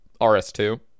RS2